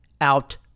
out